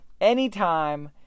anytime